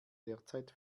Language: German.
derzeit